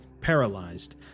paralyzed